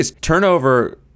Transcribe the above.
turnover